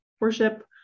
worship